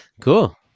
cool